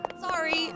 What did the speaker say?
sorry